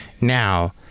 now